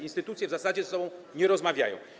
Instytucje w zasadzie ze sobą nie rozmawiają.